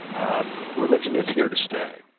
um religion is here to stay.